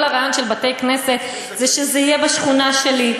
כל הרעיון של בתי-כנסת זה שזה יהיה בשכונה שלי,